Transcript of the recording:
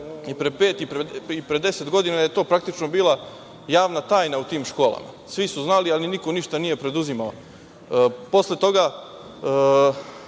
I pre pet i pre 10 godina je to, praktično, bila javna tajna u tim školama. Svi su znali, ali niko ništa nije preduzimao. Posle toga,